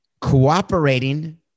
cooperating